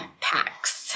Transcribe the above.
Packs